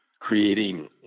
creating